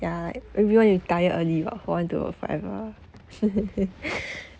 ya if you want retire early lah or do it forever